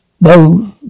No